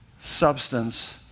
substance